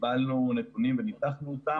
קיבלנו נתונים וקיבלנו אותם,